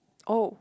oh